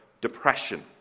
depression